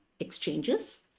exchanges